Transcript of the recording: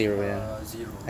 ah zero